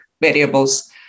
variables